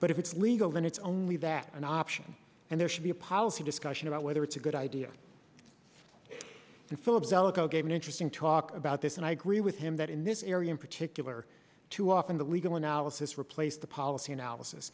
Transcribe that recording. but if it's legal then it's only that an option and there should be a policy discussion about whether it's a good idea and philip zelikow gave an interesting talk about this and i agree with him that in this area in particular too often the legal analysis replaced the policy analysis